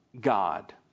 God